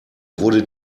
wurde